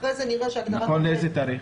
אחרי זה נראה שהדברת עובד --- נכון לאיזה תאריך?